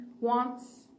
wants